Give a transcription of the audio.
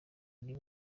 ari